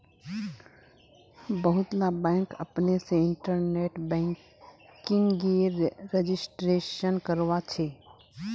बहुतला बैंक अपने से इन्टरनेट बैंकिंगेर रजिस्ट्रेशन करवाछे